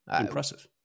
impressive